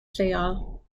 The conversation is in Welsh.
lleol